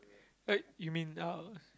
eh you mean uh